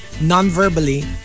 Non-verbally